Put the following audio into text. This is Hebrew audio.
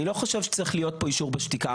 אני לא חושב שצריך להיות פה אישור בשתיקה.